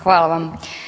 Hvala vam.